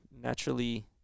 naturally